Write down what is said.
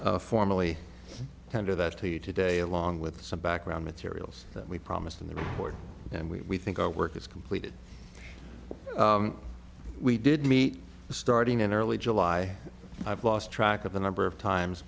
will formally tender that to you today along with some background materials that we promised in the report and we think our work is completed we did meet starting in early july i've lost track of the number of times